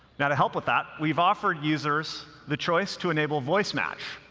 now to help with that, we've offered users the choice to enable voice match,